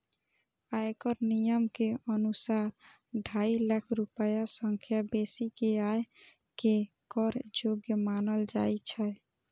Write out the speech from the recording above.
आयकर नियम के अनुसार, ढाई लाख रुपैया सं बेसी के आय कें कर योग्य मानल जाइ छै